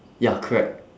ya correct